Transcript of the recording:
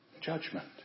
judgment